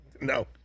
No